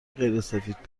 غیرسفید